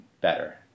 better